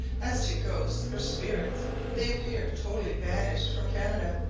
as to ghosts or spirits they appear totally banished from canada.